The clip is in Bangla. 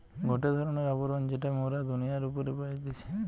গটে ধরণের আবরণ যেটা মোরা দুনিয়ার উপরে পাইতেছি